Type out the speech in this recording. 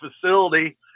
facility